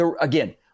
again